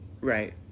Right